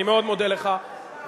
אני מאוד מודה לך, כבוד השר.